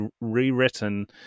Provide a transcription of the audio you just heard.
rewritten